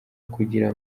kugira